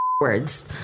words